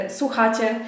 słuchacie